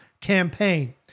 campaign